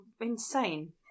insane